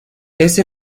ese